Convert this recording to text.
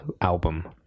album